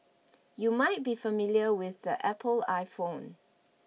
you might be familiar with the Apple iPhone